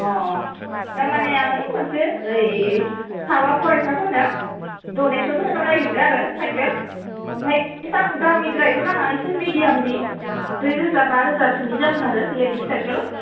अ थारमाने आं ओइ मोनसे साबा फरायसाफोरनो डनेस'न होनो नागिरद' आरो साइखेल ओमफ्राय इसां दामिद्रायबो नाङा एसे मेडियामनि ब्रै रोजा बा रोजासोनि जागोन आरो लेडिज साइखेल